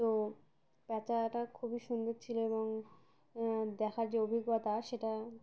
তো প্যাঁচাটা খুবই সুন্দর ছিলো এবং দেখার যে অভিজ্ঞতা সেটা